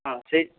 ହଁ ସେଇ